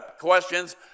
questions